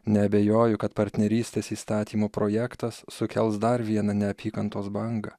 neabejoju kad partnerystės įstatymo projektas sukels dar vieną neapykantos bangą